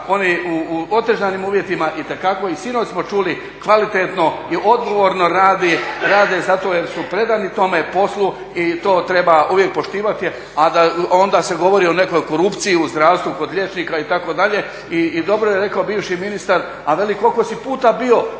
oni u otežanim uvjetima itekako i sinoć smo čuli kvalitetno i odgovorno rade zato jer su predani tome poslu i to treba uvijek poštivati. A onda se govori o nekoj korupciji u zdravstvu kod liječnika itd. I dobro je rekao bivši ministar, a veli koliko si puta bio